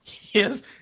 Yes